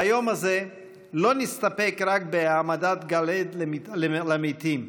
ביום הזה לא נסתפק רק בהעמדת גלעד למתים,